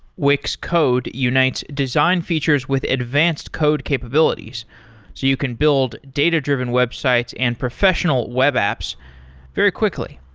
wix code unites design features with advanced code capabilities, so you can build data-driven websites and professional web apps very quickly.